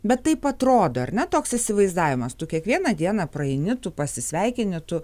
bet taip atrodo ar ne toks įsivaizdavimas tu kiekvieną dieną praeini tu pasisveikini tu